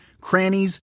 crannies